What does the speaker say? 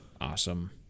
Awesome